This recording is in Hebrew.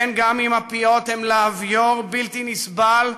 כן, גם אם הפיות הם להביור בלתי נסבל,